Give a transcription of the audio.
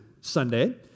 Sunday